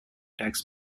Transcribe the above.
tax